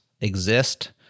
exist